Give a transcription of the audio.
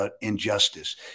injustice